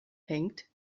hängt